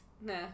nah